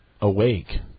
awake